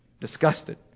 disgusted